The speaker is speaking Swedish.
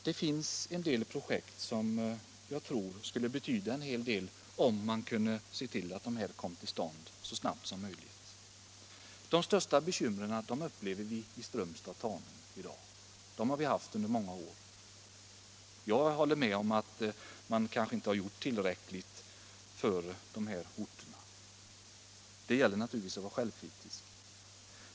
Det finns en del projekt som jag tror skulle kunna betyda en hel del, om de kunde komma till stånd snart. De största bekymren i dag upplever vi i Strömstad och Tanum; vi har haft dem under många år. Jag håller med om att man kanske inte har gjort tillräckligt för de här orterna — det gäller naturligtvis att vara självkritisk.